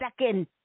second